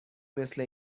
مثل